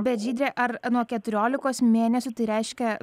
bet žydre ar nuo keturiolikos mėnesių tai reiškia